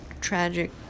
tragic